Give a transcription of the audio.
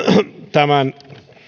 tämän